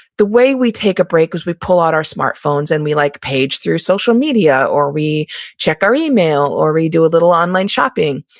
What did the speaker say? the way we take a break is we pull out our smartphones and we like page through social media, or we check our email, or we do a little online shopping.